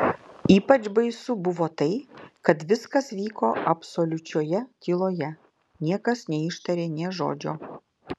ypač baisu buvo tai kad viskas vyko absoliučioje tyloje niekas neištarė nė žodžio